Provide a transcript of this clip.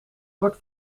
wordt